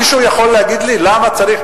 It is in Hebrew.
מישהו יכול להגיד לי למה צריך?